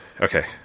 Okay